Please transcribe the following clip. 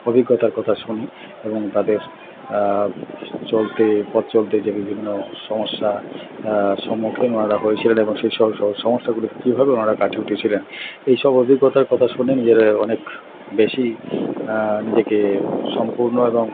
অভিজ্ঞতার কথা শুনি এবং তাদের চলতে পথ চলতে যে বিভিন্ন সমস্যা সম্মুখীন ওনারা হয়েছিলেন এবং সেই সমস্যাগুলো কীভাবে ওনারা কাটিয়ে উঠেছিলেন এইসব অভিজ্ঞতার কথা শুনে নিজেরা এ অনেক বেশি নিজেকে সম্পূর্ণ এবং